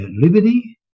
liberty